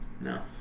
No